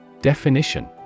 Definition